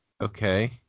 okay